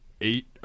eight